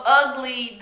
ugly